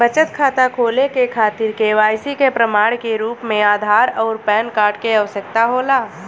बचत खाता खोले के खातिर केवाइसी के प्रमाण के रूप में आधार आउर पैन कार्ड के आवश्यकता होला